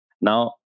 Now